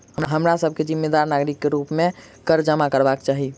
हमरा सभ के जिम्मेदार नागरिक के रूप में कर जमा करबाक चाही